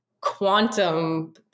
quantum